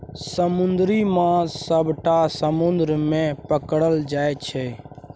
समुद्री माछ सबटा समुद्र मे पकरल जाइ छै